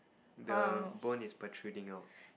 the bone is protruding out